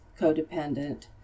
codependent